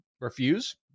Refuse